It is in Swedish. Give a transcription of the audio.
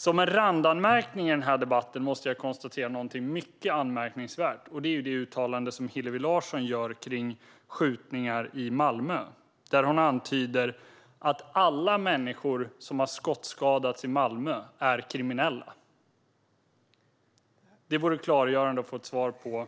Som en randanmärkning i den här debatten måste jag konstatera något mycket anmärkningsvärt, och det är det uttalande som Hillevi Larsson gör kring skjutningar i Malmö. Hon antyder att alla människor som har skottskadats i Malmö är kriminella. Det vore klargörande att få ett svar på